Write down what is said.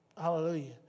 Hallelujah